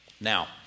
Now